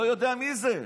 לא יודע מי זה.